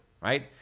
right